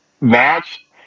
match